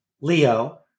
Leo